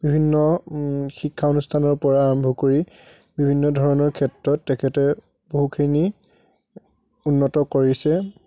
বিভিন্ন শিক্ষা অনুষ্ঠানৰ পৰা আৰম্ভ কৰি বিভিন্ন ধৰণৰ ক্ষেত্ৰত তেখেতে বহুখিনি উন্নত কৰিছে